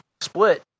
split